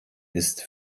ist